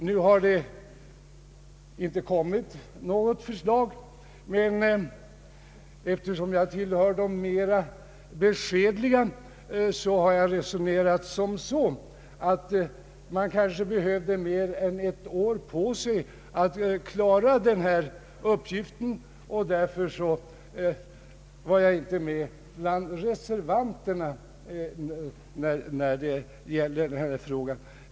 Vi har inte fått något förslag, men eftersom jag tillhör de mera beskedliga har jag resonerat som så, att man kanske behövde mer än ett år för att klara denna uppgift. Därför var jag inte med bland reservanterna när det gäller denna fråga.